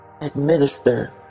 administer